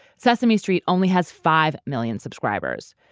sesame street only has five million subscribers.